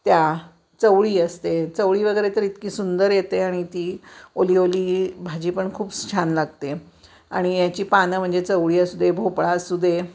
त्या चवळी असते चवळी वगैरे तर इतकी सुंदर येते आणि ती ओली ओली भाजी पण खूप छान लागते आणि याची पानं म्हणजे चवळी असू दे भोपळा असू दे